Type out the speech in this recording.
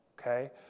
okay